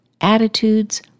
attitudes